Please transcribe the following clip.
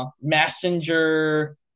Messenger